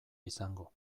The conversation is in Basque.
izango